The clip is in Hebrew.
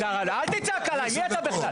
אל תצעק עלי מי אתה בכלל,